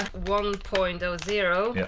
one point so zero yeah